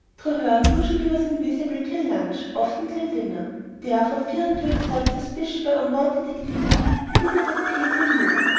treherne usually was invisible till lunch, often till dinner therefore, fearing to excite suspicion by unwonted activity, he did not appear till noon.